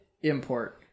import